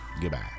Goodbye